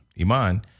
Iman